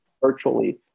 virtually